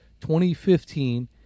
2015